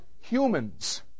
humans